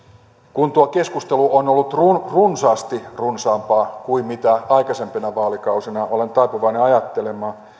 kun tuo keskustelu on ollut runsaasti runsaampaa kuin aikaisempina vaalikausina olen taipuvainen ajattelemaan